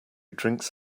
drinks